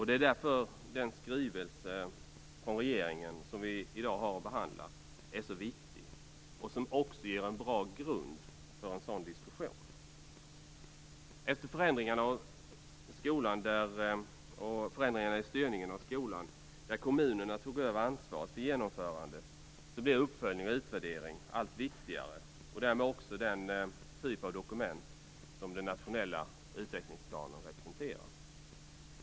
Det är därför den skrivelse från regeringen som vi i dag har att behandla är så viktig. Den ger också en bra grund för en diskussion. Vid förändringen av styrningen i skolan, där kommunerna tog över ansvaret för genomförandet, blev uppföljning och utvärdering allt viktigare, och därmed också den typ av dokument som den nationella utvecklingsplanen representerar.